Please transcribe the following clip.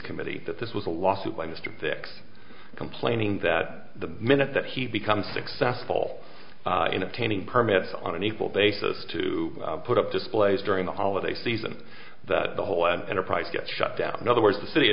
committee that this was a lawsuit by mr hicks complaining that the minute that he becomes successful in obtaining permits on an equal basis to put up displays during the holiday season that the whole an enterprise gets shut down in other words the city